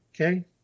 okay